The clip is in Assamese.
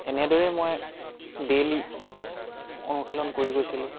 এনেদৰে মই ডেইলী অনুশীলন কৰি গৈছিলোঁ